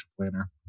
planner